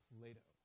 Plato